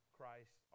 Christ